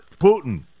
Putin